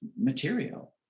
material